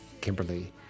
Kimberly